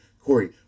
Corey